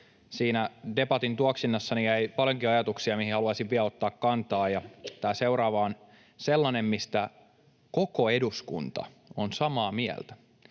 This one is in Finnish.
siinä debatin tuoksinassa jäi paljonkin ajatuksia, mihin haluaisin vielä ottaa kantaa. Tämä seuraava on sellainen, mistä koko eduskunta on samaa mieltä.